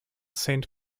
saint